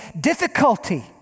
difficulty